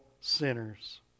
sinners